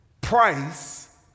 price